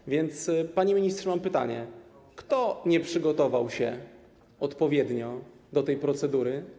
Tak więc, panie ministrze, mam pytania: Kto nie przygotował się odpowiednio do tej procedury?